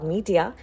Media